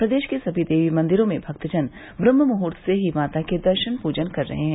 प्रदेश के सभी देवीमंदिरों में भक्तजन ब्रम्हमुहूर्त से ही माता के दर्शन पूजन कर रहे हैं